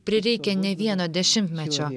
prireikė ne vieno dešimtmečio